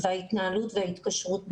ההתנהלות וההתקשרות בינינו.